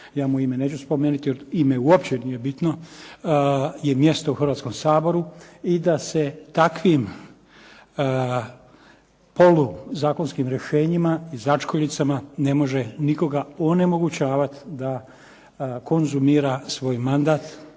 ja mu ime neću spomenuti jer ima uopće nije bitno je mjesto u Hrvatskom saboru i da se takvim poluzakonskim rješenjima i začkovicama ne može nikoga onemogućavati da konzumira svoj mandat